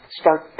start